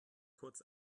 kurz